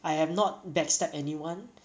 I have not backstab anyone